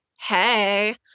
hey